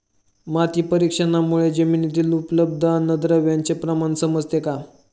माती परीक्षणामुळे जमिनीतील उपलब्ध अन्नद्रव्यांचे प्रमाण समजते का?